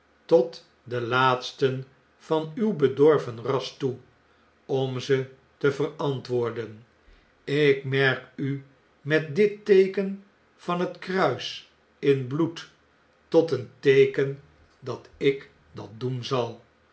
tot den laatsten van uw bedorven ras toe om ze te verantwoorden ik merk u met dit teeken van het kruis in bloed tot een teeken dat ik dat doen zal